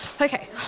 Okay